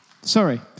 Sorry